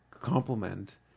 complement